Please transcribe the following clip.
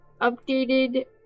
updated